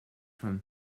from